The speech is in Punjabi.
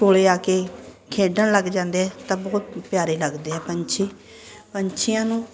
ਕੋਲ ਆ ਕੇ ਖੇਡਣ ਲੱਗ ਜਾਂਦੇ ਤਾਂ ਬਹੁਤ ਪਿਆਰੇ ਲੱਗਦੇ ਆ ਪੰਛੀ ਪੰਛੀਆਂ ਨੂੰ